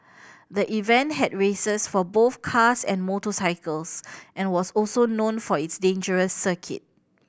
the event had races for both cars and motorcycles and was also known for its dangerous circuit